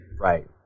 Right